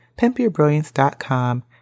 pimpyourbrilliance.com